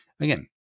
again